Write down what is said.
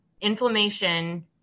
inflammation